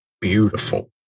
beautiful